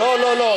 לא, לא, לא.